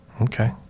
Okay